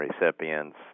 recipients